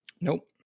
Nope